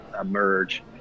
emerge